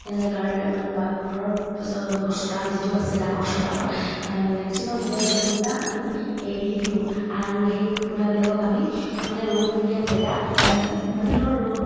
এনেকৈ গাৰ্ মানে বা ঘৰৰ পিছত চোতাল যিটো আছে ডাঙৰ চোতালত মেক্সিমাম ডেৰ দুঘণ্টা আমি এৰি দিওঁ আৰু সেই কুকুৰাবিলাকক আমি মানে ৰ'দমূৰীয়া জেগাত মানে ধৰক ৰ'দ